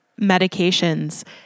medications